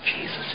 Jesus